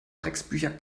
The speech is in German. drecksbücher